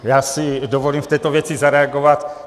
Já si dovolím v této věci zareagovat.